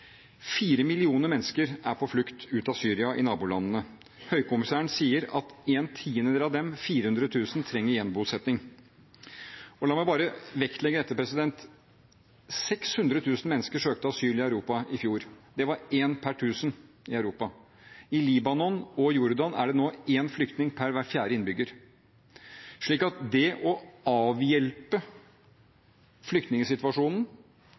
Fire millioner mennesker er på flukt ut av Syria til nabolandene. Høykommissæren sier at en tidendedel av dem, 400 000, trenger gjenbosetting. Og la meg bare vektlegge dette: 600 000 mennesker søkte asyl i Europa i fjor. Det var én per 1 000 i Europa. I Libanon og Jordan er det nå én flyktning per hver fjerde innbygger, slik at det å avhjelpe flyktningsituasjonen